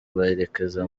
berekeza